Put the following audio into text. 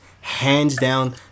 hands-down